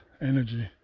energy